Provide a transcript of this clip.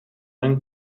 een